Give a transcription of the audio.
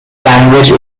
language